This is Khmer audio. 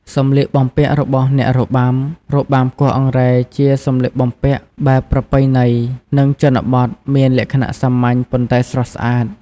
សម្លៀកបំពាក់របស់អ្នករបាំ របាំគោះអង្រែជាសម្លៀកបំពាក់បែបប្រពៃណី និង ជនបទ មានលក្ខណៈសាមញ្ញ ប៉ុន្តែស្រស់ស្អាត។